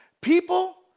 people